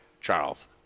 Charles